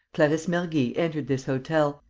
clarisse mergy entered this hotel,